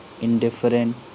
indifferent